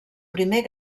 primer